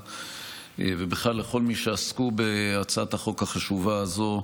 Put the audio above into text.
ובכלל לכל מי שעסקו בהצעת החוק החשובה הזו,